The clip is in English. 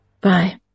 Bye